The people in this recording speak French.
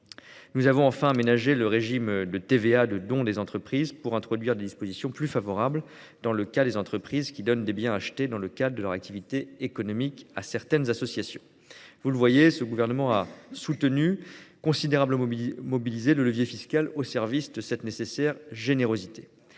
Nous avons enfin aménagé le régime de TVA des dons des entreprises et introduit des dispositions favorables pour les entreprises qui donnent des biens achetés dans le cadre de leur activité économique à certaines associations. Vous le voyez, le Gouvernement a considérablement mobilisé le levier fiscal au service de cette nécessaire générosité.